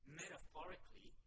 metaphorically